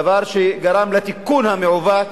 דבר שגרם לתיקון המעוות.